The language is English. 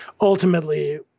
ultimately